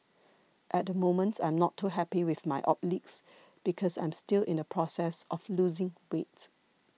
at the moment I'm not too happy with my obliques because I'm still in the process of losing weight